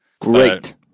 Great